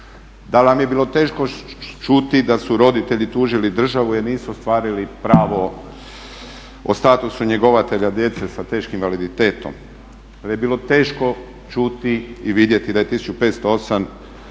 Da li vam je bilo teško čuti da su roditelji tužili državu jer nisu ostvarili pravo o statusu njegovatelja djece sa teškim invaliditetom? Da li je bilo teško čuti i vidjeti da je 1508